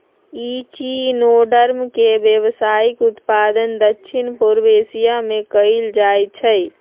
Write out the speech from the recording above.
echinoderm के व्यावसायिक उत्पादन दक्षिण पूर्व एशिया में कएल जाइ छइ